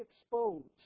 exposed